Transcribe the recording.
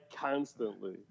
constantly